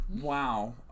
wow